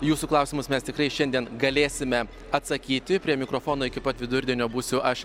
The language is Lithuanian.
jūsų klausimus mes tikrai šiandien galėsime atsakyti prie mikrofono iki pat vidurdienio būsiu aš